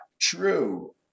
true